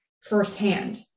firsthand